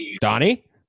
Donnie